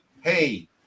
hey